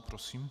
Prosím.